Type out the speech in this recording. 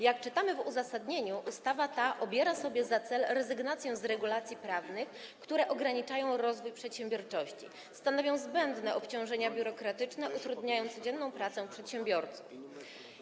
Jak czytamy w uzasadnieniu, ustawa ta obiera sobie za cel rezygnację z regulacji prawnych, które ograniczają rozwój przedsiębiorczości, stanowią zbędne obciążenia biurokratyczne i utrudniają codzienną pracę przedsiębiorców.